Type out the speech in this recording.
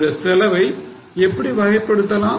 இந்த செலவை எப்படி வகைப்படுத்தலாம்